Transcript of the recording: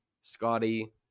Scotty